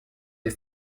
ist